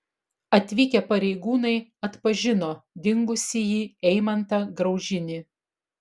atvykę pareigūnai atpažino dingusįjį eimantą graužinį